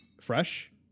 fresh